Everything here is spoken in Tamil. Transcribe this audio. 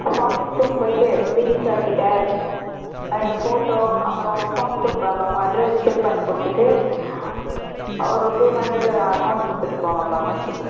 ஹாபிஸ் ரூம் போயிட்டு பீட்டி சார் கிட்டே ரெண்டு ஃபோட்டோ அப்புறம் அவங்க ஃபார்ம் கொடுப்பாங்க உங்கள் அட்ரஸ் ஃபில் பண்ணி கொடுத்துட்டு ஒரு டூ ஹன்ட்ரடு அமௌன்ட் கொடுத்துட்டு போங்கப்பா